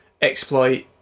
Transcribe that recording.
exploit